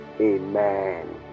Amen